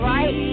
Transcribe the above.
Right